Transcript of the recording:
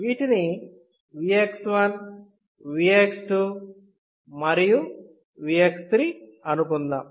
వీటిని Vx1 Vx2 మరియు Vx3 అనుకుందాం